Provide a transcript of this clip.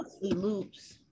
loops